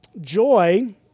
Joy